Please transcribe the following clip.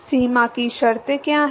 सीमा की शर्तें क्या हैं